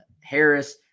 Harris